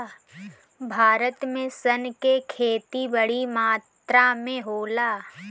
भारत में सन के खेती बड़ी मात्रा में होला